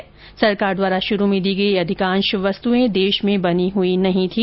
केन्द्र सरकार द्वारा शुरू में दी गई ये अधिकांश वस्तुएं देश में बनी हई नहीं थी